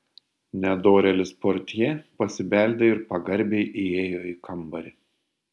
nedorėlis portjė pasibeldė ir pagarbiai įėjo į kambarį